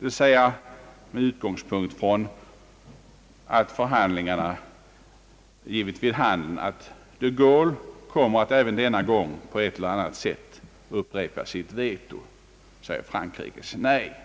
d.v.s. med utgångspunkt från att förhandlingarna givit vid handen att de Gaulle även denna gång på ett eller annat sätt kommer att upprepa sitt veto, d. v. s. Frankrikes nej.